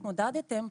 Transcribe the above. התמודדתם,